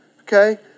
okay